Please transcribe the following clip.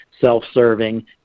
self-serving